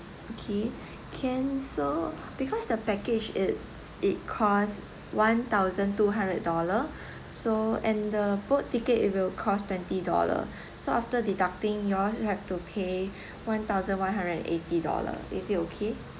okay cancel because the package it it costs one thousand two hundred dollar so and the boat ticket will cost twenty dollar so after deducting yours you have to pay one thousand one hundred and eighty dollar is it okay